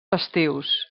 festius